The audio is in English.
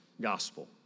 gospel